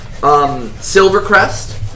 Silvercrest